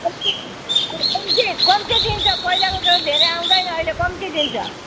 कम्ती कम्ती कम्ती दिन्छ पहिलाको झैँ धेरै आउँदैन अहिले कम्ती दिन्छ